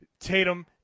Tatum